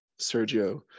Sergio